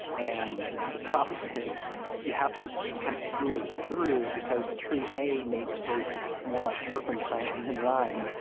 and the problem is you have to kind of pick your way through, because tree a may taste more like turpentine than lime, but